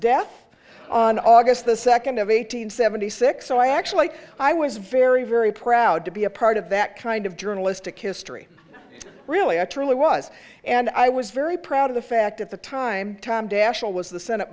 death on august the second of eight hundred seventy six so i actually i was very very proud to be a part of that kind of journalistic history really i truly was and i was very proud of the fact at the time tom daschle was the senate